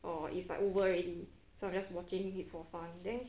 or it's like over already so I'm just watching it for fun then